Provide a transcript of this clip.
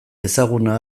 ezaguna